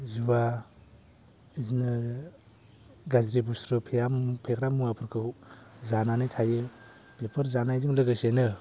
जुवा बिदिनो गाज्रि बस्थु फेग्रा मुवाफोरखौ जानानै थायो बेफोर जानायजों लोगोसेनो